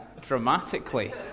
dramatically